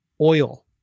oil